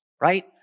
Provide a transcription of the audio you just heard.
right